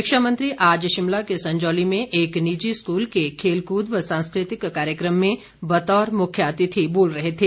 शिक्षा मंत्री आज शिमला के संजौली में एक निजी स्कूल के खेलकूद व सांस्कृतिक कार्यक्रम में बतौर मुख्य अतिथि बोल रहे थे